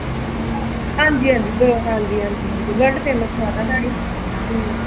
हांजी हांजी हांजी हांजी वर्ल्ड फेमस माता साढ़ी